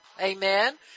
Amen